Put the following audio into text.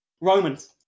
romans